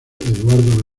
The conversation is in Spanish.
eduardo